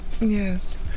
Yes